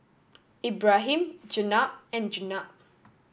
Ibrahim Jenab and Jenab